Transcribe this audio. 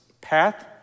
path